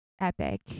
epic